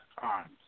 times